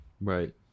Right